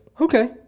okay